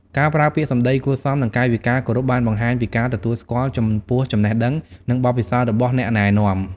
ការប្រើពាក្យសំដីគួរសម និងកាយវិការគោរព បានបង្ហាញពីការទទួលស្គាល់ចំពោះចំណេះដឹង និងបទពិសោធន៍របស់អ្នកណែនាំ។